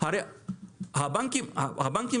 בבקשה.